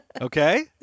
Okay